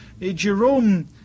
Jerome